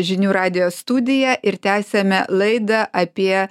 žinių radijo studiją ir tęsiame laidą apie